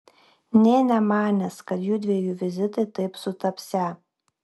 nė nemanęs kad jųdviejų vizitai taip sutapsią